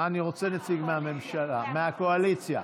אני רוצה נציג מהממשלה, מהקואליציה.